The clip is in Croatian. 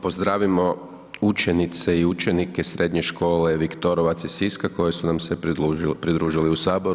Pozdravimo učenice i učenike srednje škole Viktorovac iz Siska koji su nam se pridružili u Saboru.